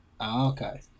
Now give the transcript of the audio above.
Okay